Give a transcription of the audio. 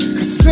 Cause